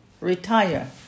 retire